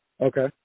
Okay